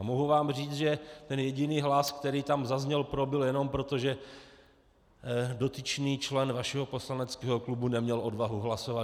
A mohu vám říct, že ten jediný hlas, který tam zazněl pro, byl jenom proto, že dotyčný člen vašeho poslaneckého klubu neměl odvahu hlasovat.